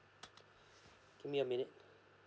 give me a minute